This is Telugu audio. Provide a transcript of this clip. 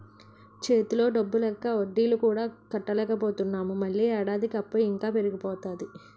చేతిలో డబ్బు లేక వడ్డీలు కూడా కట్టలేకపోతున్నాము మళ్ళీ ఏడాదికి అప్పు ఇంకా పెరిగిపోతాది